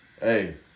hey